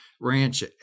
ranch